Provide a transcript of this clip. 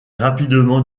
rapidement